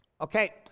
Okay